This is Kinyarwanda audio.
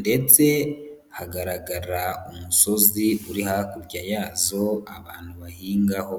ndetse hagaragara umusozi uri hakurya yazo abantu bahingaho.